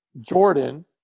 Jordan